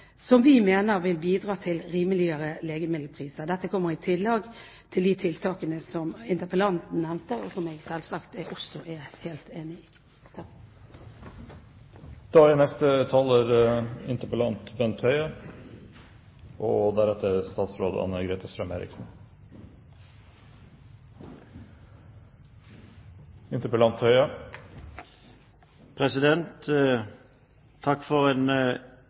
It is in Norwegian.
som vi mener vil bidra til rimeligere legemiddelpriser. Dette kommer i tillegg til de tiltakene som interpellanten nevnte, og som jeg selvsagt også er helt enig i. Takk for en nyttig og viktig debatt. Det går et klart skille i denne salen mellom regjeringspartiene og